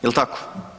Jel tako?